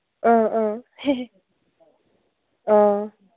ꯑꯥ ꯑꯥ ꯑꯥ